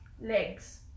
Legs